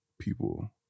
people